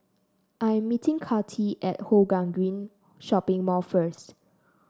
I'm meeting Kathi at Hougang Green Shopping Mall first